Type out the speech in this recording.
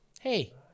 Hey